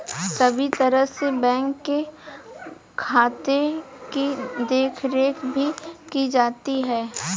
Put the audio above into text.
सभी तरह से बैंक के खाते की देखरेख भी की जाती है